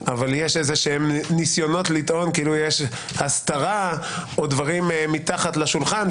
אבל יש איזשהם ניסיונות לטעון כאילו יש הסתרה או דברים מתחת לשולחן,